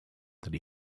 that